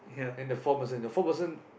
then the four person the four person